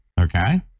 okay